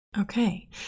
Okay